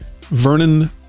Vernon